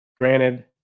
Granted